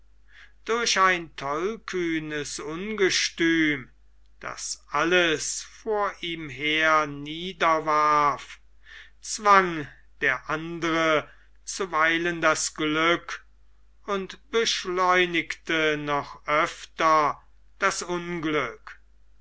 durch ein tollkühnes ungestüm das alles vor ihm her niederwarf zwang der andere zuweilen das glück und beschleunigte noch öfter das unglück